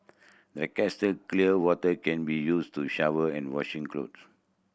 the clear water can be used to shower and washing clothes